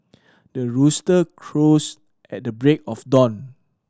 the rooster crows at the break of dawn